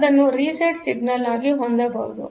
ಅದನ್ನು reset signal ಆಗಿ ಹೊಂದಬಹುದು